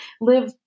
live